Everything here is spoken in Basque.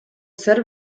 zer